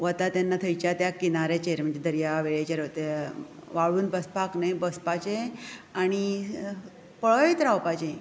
वता तेन्ना थंयच्या त्या किनाऱ्याचेर म्हणजे दर्यावेळेचेर वाळून बसपाक न्हय बसपाचें आनी पळयत रावपाचें